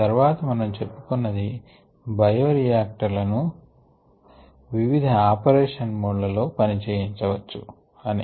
తర్వాత మనము చెప్పుకున్నది బయోరియాక్టర్ లను వివిధ ఆపరేషనల్ మోడ్ లలో పని చేయించవచ్చు అని